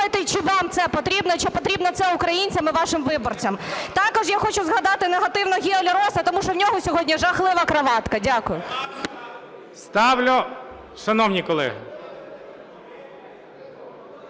чи вам це потрібно, чи потрібно це українцям і вашим виборцям. Також я хочу згадати негативно Гео Лероса, тому що у нього сьогодні жахлива краватка. Дякую. ГОЛОВУЮЧИЙ. Шановні колеги!